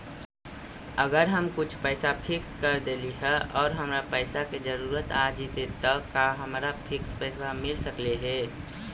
अगर हम कुछ पैसा फिक्स कर देली हे और हमरा पैसा के जरुरत आ जितै त का हमरा फिक्स पैसबा मिल सकले हे?